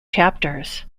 chapters